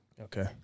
Okay